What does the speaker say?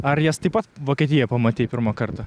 ar jas taip pat vokietijoj pamatei pirmą kartą